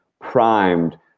primed